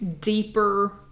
deeper